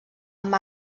amb